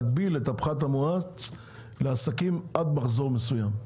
להגביל את הפחת המואץ לעסקים עד מחזור מסוים.